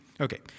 Okay